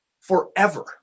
forever